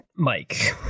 Mike